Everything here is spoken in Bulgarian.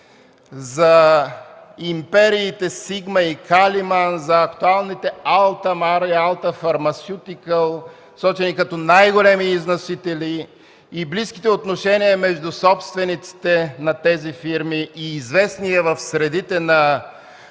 за империите „Сигма” и „Калиман”, за актуалните „Алтамар” и „Алтафармасютикал”, сочени като най-големи износители, и близките отношения между собствениците на тези фирми, и известният в средите на